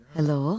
Hello